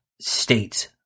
States